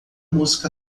música